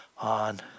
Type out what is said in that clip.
on